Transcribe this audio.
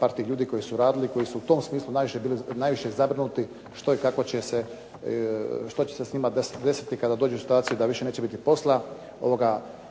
par tih ljudi koji su radili, koji su u tom smislu bili najviše zabrinuti što i kako će se, što će se s njima desiti kada dođu u situaciju da više neće biti posla.